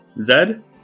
Zed